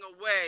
away